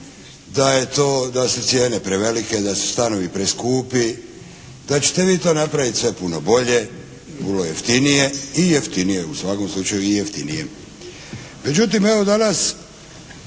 da su cijene prevelike, da su stanovi preskupi, da ćete vi to napraviti sve puno bolje, puno jeftinije i jeftinije